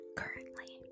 currently